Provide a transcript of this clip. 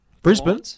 Brisbane